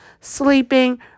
sleeping